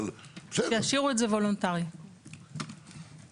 בגלל שהיה לכם כל כך טוב אז בואו